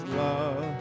love